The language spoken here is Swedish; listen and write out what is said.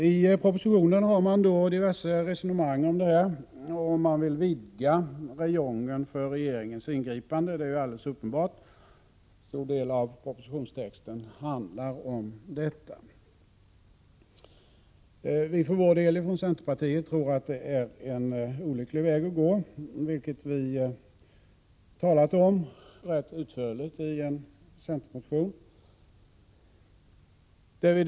I propositionen förs olika resonemang om detta. Att regeringen vill vidga räjongen för sitt ingripande är alldeles uppenbart — en stor del av propositionen handlar om detta. Vi från centerpartiet tror att det vore en olycklig väg att gå och har i en motion ganska utförligt motiverat vår ståndpunkt.